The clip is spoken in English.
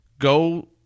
go